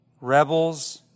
rebels